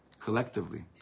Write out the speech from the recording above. collectively